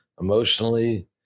emotionally